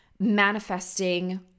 manifesting